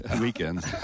weekends